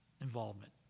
Involvement